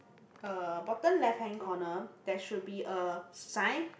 uh bottom left hand corner there should be a sign